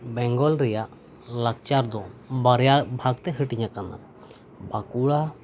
ᱵᱮᱝᱜᱚᱞ ᱨᱮᱭᱟᱜ ᱞᱟᱠᱪᱟᱨ ᱫᱚ ᱵᱟᱨᱭᱟ ᱵᱷᱟᱜᱽ ᱛᱮ ᱦᱟᱴᱤᱧ ᱟᱠᱟᱱᱟ ᱵᱟᱠᱩᱲᱟ